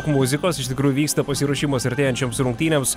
muzikos iš tikrųjų vyksta pasiruošimas artėjančioms rungtynėms